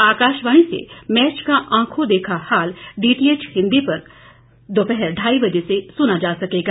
आकाशवाणी से मैच का आंखों देखा हाल डीटीएच हिंदी पर दोहपर ढाई बजे से सुना जा सकेगा